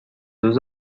روز